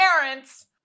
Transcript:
parents